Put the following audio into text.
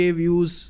views